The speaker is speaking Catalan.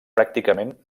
pràcticament